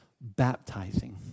baptizing